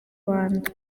rwanda